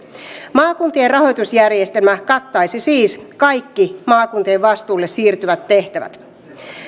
maakuntien rahoitusjärjestelmä kattaisi siis kaikki maakuntien vastuulle siirtyvät tehtävät